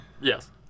Yes